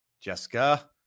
Jessica